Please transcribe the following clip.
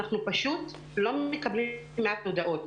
אנחנו פשוט לא מקבלים כמעט הודעות.